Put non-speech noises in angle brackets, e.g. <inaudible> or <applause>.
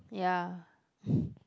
ya <breath>